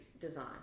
design